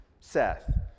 Seth